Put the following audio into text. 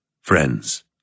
Friends